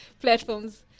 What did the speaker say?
platforms